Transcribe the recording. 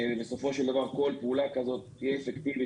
בסופו של דבר כל פעולה כזאת תהיה אפקטיבית.